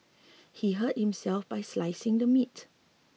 he hurt himself while slicing the meat